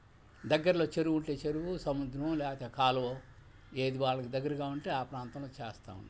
దగ్గరలో చెరువుంటే చెరువు సముద్రం లేకతే కాలువో ఏది వాళ్ళకి దగ్గరగా ఉంటే ఆ ప్రాంతంలో చేస్తారు